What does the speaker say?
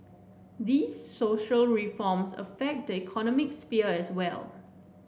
these social reforms affect the economic sphere as well